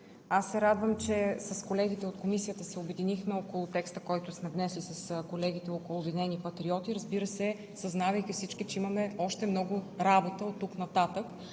Аз се радвам, че с колегите от Комисията се обединихме около текста, който сме внесли с колегите от „Обединени патриоти“, разбира се, съзнавайки, че имаме още много работа оттук нататък